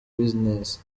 business